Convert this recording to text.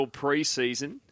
preseason